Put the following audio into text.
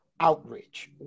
outreach